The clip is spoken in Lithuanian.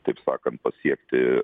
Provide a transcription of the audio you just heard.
taip sakant pasiekti